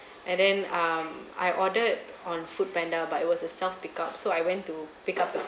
and then um I ordered on foodpanda but it was a self pickup so I went to pickup the